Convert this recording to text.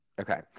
Okay